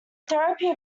therapy